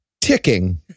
Ticking